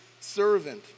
servant